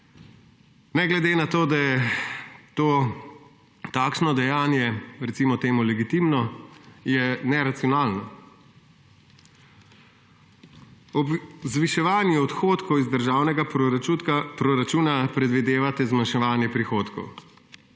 ne glede na to, da je, recimo temu, legitimno, neracionalno. Zviševanje odhodkov, iz državnega proračuna predvidevate zmanjševanje prihodkov.